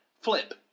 flip